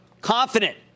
Confident